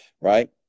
Right